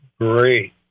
Great